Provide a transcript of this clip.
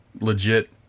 Legit